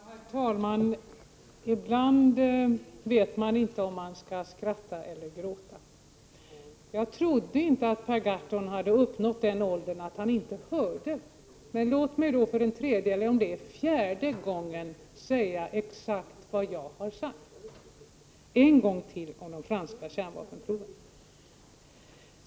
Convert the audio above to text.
Herr talman! Ibland vet man inte om man skall skratta eller gråta. Jag trodde inte att Per Gahrton hade uppnått den åldern att han inte hörde, men låt mig då för tredje, eller om det är fjärde, gången säga exakt vad jag har sagt om de franska kärnvapenproven.